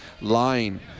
line